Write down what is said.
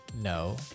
No